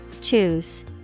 Choose